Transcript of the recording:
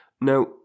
Now